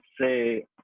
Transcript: say